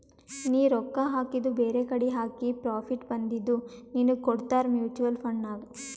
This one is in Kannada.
ನೀ ರೊಕ್ಕಾ ಹಾಕಿದು ಬೇರೆಕಡಿ ಹಾಕಿ ಪ್ರಾಫಿಟ್ ಬಂದಿದು ನಿನ್ನುಗ್ ಕೊಡ್ತಾರ ಮೂಚುವಲ್ ಫಂಡ್ ನಾಗ್